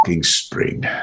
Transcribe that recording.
spring